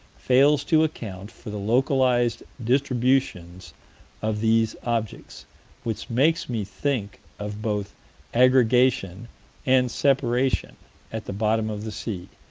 fails to account for the localized distributions of these objects which make me think of both aggregation and separation at the bottom of the sea,